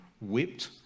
whipped